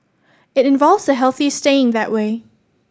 it involves the healthy staying that way